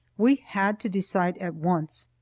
we had to decide at once.